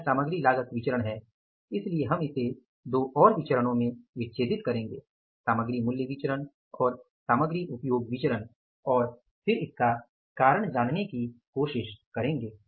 यह सामग्री लागत विचरण है इसलिए हम इसे 2 और विचरणों में विच्छेदित करेंगे सामग्री मूल्य विचरण और सामग्री उपयोग विचरण और फिर इसका कारण जानने की कोशिश करेंगे